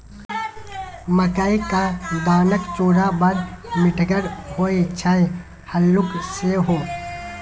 मकई क दानाक चूड़ा बड़ मिठगर होए छै हल्लुक सेहो